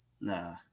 nah